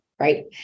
right